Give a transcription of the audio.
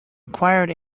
required